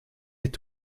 est